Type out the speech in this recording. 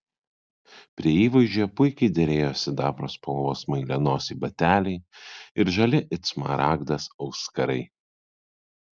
prie įvaizdžio puikiai derėjo sidabro spalvos smailianosiai bateliai ir žali it smaragdas auskarai